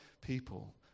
people